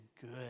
good